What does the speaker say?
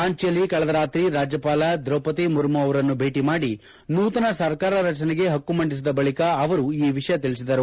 ರಾಂಚಿಯಲ್ಲಿ ಕಳೆದ ರಾತ್ರಿ ರಾಜ್ಯಪಾಲ ದ್ರೌಪದಿ ಮುರ್ಮು ಅವರನ್ನು ಭೇಟಿ ಮಾದಿ ನೂತನ ಸರ್ಕಾರ ರಚನೆಗೆ ಹಕ್ಕು ಮಂದಿಸಿದ ಬಳಿಕ ಅವರು ಈ ವಿಷಯ ತಿಳಿಸಿದರು